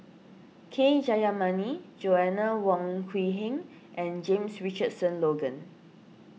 K Jayamani Joanna Wong Quee Heng and James Richardson Logan